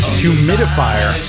humidifier